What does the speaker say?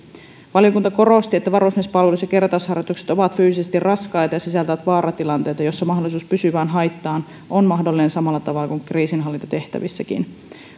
valiokunta korosti että varusmiespalvelus ja kertausharjoitukset ovat fyysisesti raskaita ja sisältävät vaaratilanteita joissa mahdollisuus pysyvään haittaan on mahdollinen samalla tavalla kuin kriisinhallintatehtävissäkin